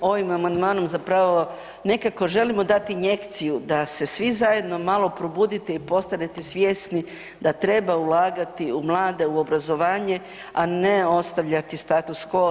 Ovim amandmanom zapravo nekako želimo dati injekciju da se svi zajedno malo probudite i postanete svjesni da treba ulagati u mlade, u obrazovanje, a ne ostavljati status quo.